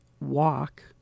walk